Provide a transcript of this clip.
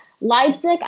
Leipzig